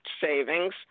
savings